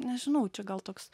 nežinau čia gal toks